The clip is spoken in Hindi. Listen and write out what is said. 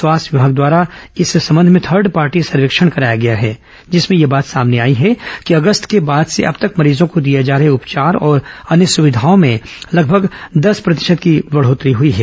स्वास्थ्य विभाग द्वारा इस संबंध में थर्ड पार्टी सर्वेक्षण कराया गया है जिसमें यह बात सामने आई है कि अगस्त के बाद से अब तक मरीजों को दिए जा रहे उपचार और अन्य सुविधाओं में लगभग दस प्रतिशत तक की वृद्धि हुई है